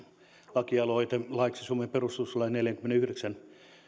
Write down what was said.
lakialoite laiksi suomen perustuslain neljännenkymmenennenyhdeksännen